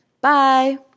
Bye